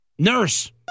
nurse